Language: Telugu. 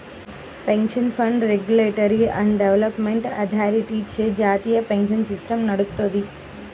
pension fund regulatory and development అథారిటీచే జాతీయ పెన్షన్ సిస్టమ్ నడుత్తది